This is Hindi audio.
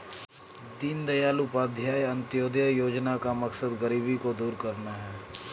दीनदयाल उपाध्याय अंत्योदय योजना का मकसद गरीबी को दूर करना है